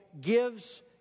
gives